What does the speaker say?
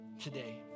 today